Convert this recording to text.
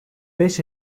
beş